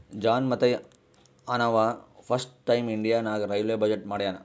John Mathai ಅಂನವಾ first time India ನಾಗ್ railway budget ಮಾಡ್ಯಾನ್